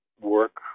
work